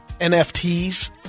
NFTs